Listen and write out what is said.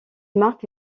marque